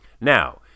Now